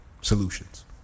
solutions